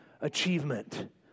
achievement